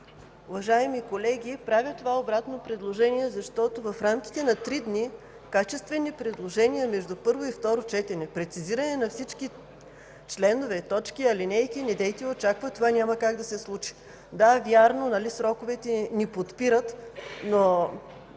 уважаеми колеги! Правя това обратно предложение, защото в рамките на 3 дни качествени предложения между първо и второ четене, прецизиране на всички членове, алинеи и точки недейте да очаквате – това няма как да се случи. Да, вярно, сроковете ни подпират.